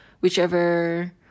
whichever